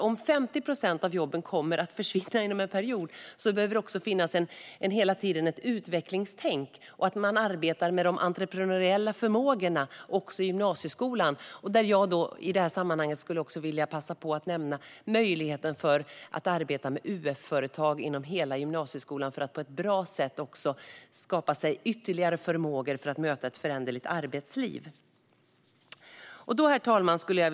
Om 50 procent av jobben kommer att försvinna inom en viss period behöver det hela tiden finnas ett utvecklingstänk, så att man arbetar med de entreprenöriella förmågorna också i gymnasieskolan. I det här sammanhanget vill jag också nämna möjligheten att arbeta med UF-företag i hela gymnasieskolan för att skapa ytterligare förmågor att möta ett föränderligt arbetsliv. Herr talman!